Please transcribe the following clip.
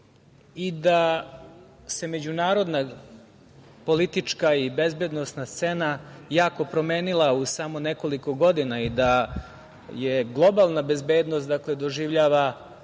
i da se međunarodna, politička, bezbednosna scena jako promenila u samo nekoliko godina i da globalna bezbednost doživljava